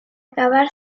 acabar